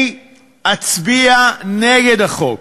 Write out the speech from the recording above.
אני אצביע נגד החוק.